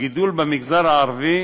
הגידול במגזר הערבי